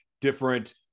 different